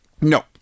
No